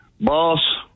Boss